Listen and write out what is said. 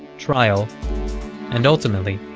trial and, ultimately,